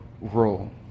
role